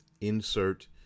insert